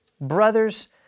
brothers